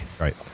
Right